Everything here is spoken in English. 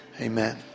Amen